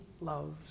loves